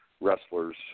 Wrestlers